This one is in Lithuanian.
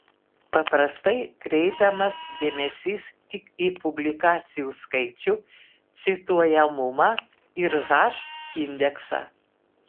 paprastai kreipiamas dėmesys tik į publikacijų skaičių cituojamumą ir h indeksą